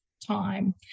time